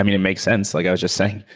it makes sense like i was just saying.